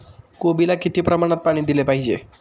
कोबीला किती प्रमाणात पाणी दिले पाहिजे?